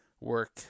work